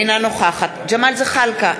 אינה נוכחת ג'מאל זחאלקה,